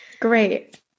Great